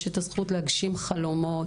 יש את הזכות להגשים חלומות.